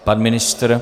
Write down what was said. Pan ministr?